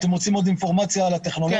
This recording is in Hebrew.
אם אתם רוצים עוד מידע על הטכנולוגיה.